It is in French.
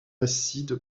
acide